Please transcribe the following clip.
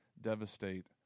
devastate